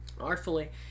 artfully